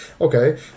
Okay